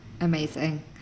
Amazing